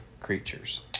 creatures